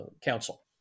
council